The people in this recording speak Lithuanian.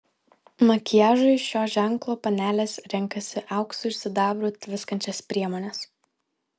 makiažui šio ženklo panelės renkasi auksu ir sidabru tviskančias priemones